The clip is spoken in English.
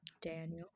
Daniel